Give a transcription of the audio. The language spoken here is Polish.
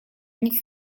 nic